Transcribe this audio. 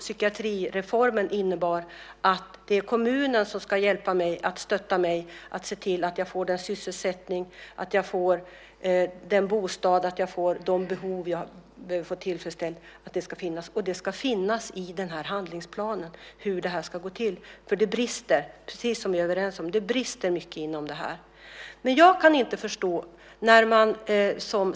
Psykiatrireformen innebar att det är kommunen som ska hjälpa mig, stötta mig, se till att jag får sysselsättning och bostad och att mina behov blir tillgodosedda. Hur detta ska gå till ska finnas i den här handlingsplanen. Det brister mycket inom det här. Det är vi överens om.